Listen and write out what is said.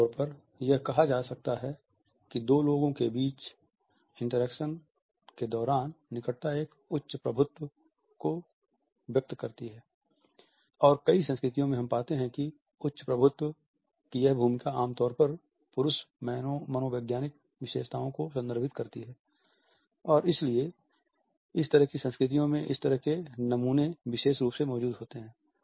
आमतौर पर यह कहा जा सकता है कि दो लोगों के बीच इंटरैक्शन के दौरान निकटता एक उच्च प्रभुत्व को व्यक्त करती है और कई संस्कृतियों में हम पाते हैं कि उच्च प्रभुत्व की यह भूमिका आम तौर पर पुरुष मनोवैज्ञानिक विशेषताओं को संदर्भित करती है और इसलिए इस तरह की संस्कृतियों में इस तरह के नमूने विशेष रूप से मौजूद होते हैं